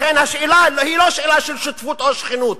לכן, השאלה היא לא שאלה של שותפות או שכנות.